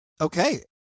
Okay